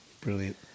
Brilliant